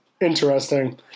Interesting